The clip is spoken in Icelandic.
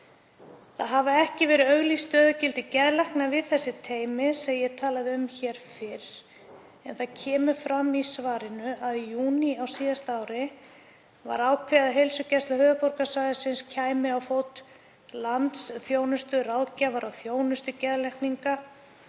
Ekki hafa verið auglýst stöðugildi geðlækna við þau teymi sem ég talaði um hér fyrr, en það kemur fram í svarinu að í júní á síðasta ári hafi verið ákveðið að Heilsugæsla höfuðborgarsvæðisins kæmi á fót landsþjónustu ráðgjafar og þjónustu geðlækninga